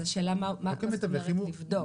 אז השאלה מה אתה באמת רוצה לבדוק,